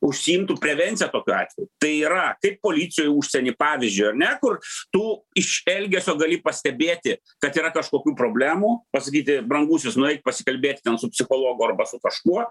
užsiimtų prevencija tokiu atveju t y kai policija užsienyje pavyzdžiui ar ne kur tu iš elgesio gali pastebėti kad yra kažkokių problemų pasakyti brangusis nueik pasikalbėt ten su psichologu arba su kažkuo